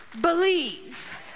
believe